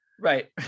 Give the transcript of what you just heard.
Right